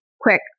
Quick